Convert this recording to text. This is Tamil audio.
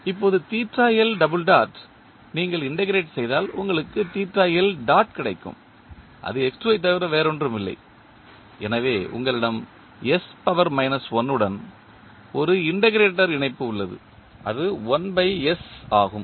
இப்போது நீங்கள் இண்டெக்ரேட் செய்தால் உங்களுக்கு கிடைக்கும் அது ஐத் தவிர வேறில்லை எனவே உங்களிடம் உடன் ஒரு இண்டெக்ரேட்டர் இணைப்பு உள்ளது அது 1 s ஆகும்